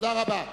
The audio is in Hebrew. תודה רבה.